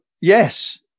yes